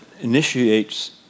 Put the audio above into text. initiates